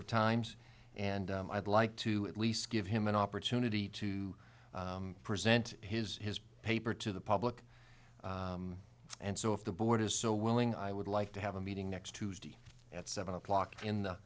of times and i'd like to at least give him an opportunity to present his his paper to the public and so if the board is so willing i would like to have a meeting next tuesday at seven o'clock in the